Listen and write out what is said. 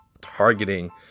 targeting